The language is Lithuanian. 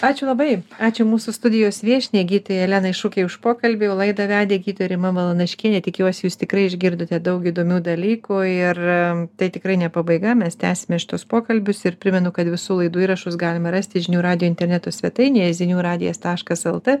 ačiū labai ačiū mūsų studijos viešniai gydytojai elenai šukei už pokalbį o laidą vedė gydytoja rima balanaškienė tikiuosi jūs tikrai išgirdote daug įdomių dalykų ir tai tikrai ne pabaiga mes tęsime šituos pokalbius ir primenu kad visų laidų įrašus galime rasti žinių radijo interneto svetainėje zinių radijas taškas lt